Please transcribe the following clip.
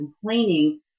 complaining